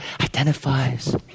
identifies